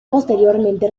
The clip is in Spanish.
posteriormente